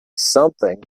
something